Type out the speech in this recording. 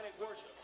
worship